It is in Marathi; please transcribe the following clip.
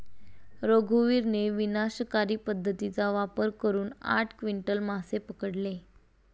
रघुवीरने विनाशकारी पद्धतीचा वापर करून आठ क्विंटल मासे पकडले